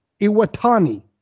Iwatani